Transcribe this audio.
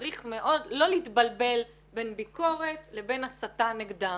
צריך מאוד לא להתבלבל בין ביקורת ובין הסתה נגדם.